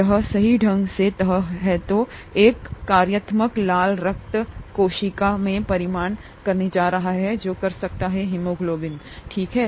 यह सही ढंग से तह है जो एक कार्यात्मक लाल रक्त कोशिका में परिणाम करने जा रहा है जो कर सकता है हीमोग्लोबिन ले जाना ठीक है